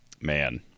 man